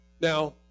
Now